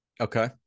Okay